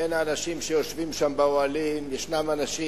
בין האנשים שיושבים שם באוהלים יש אנשים